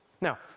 Now